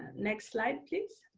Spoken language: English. next slide, please.